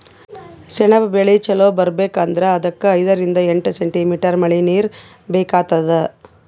ಸೆಣಬ್ ಬೆಳಿ ಚಲೋ ಬರ್ಬೆಕ್ ಅಂದ್ರ ಅದಕ್ಕ್ ಐದರಿಂದ್ ಎಂಟ್ ಸೆಂಟಿಮೀಟರ್ ಮಳಿನೀರ್ ಬೇಕಾತದ್